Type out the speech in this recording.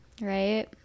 Right